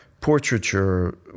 portraiture